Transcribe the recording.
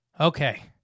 Okay